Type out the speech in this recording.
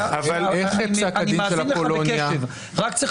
אין אף נורמה שמסדירה את המצב הזה או שמתייחסת לזה,